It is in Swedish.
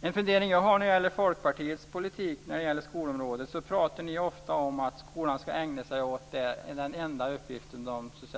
Jag har en fundering över Folkpartiets politik på skolområdet. Ni talar ofta om att den enda uppgift som skolan ska